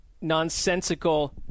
nonsensical